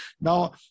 Now